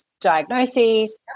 diagnoses